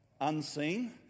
unseen